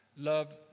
Love